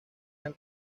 han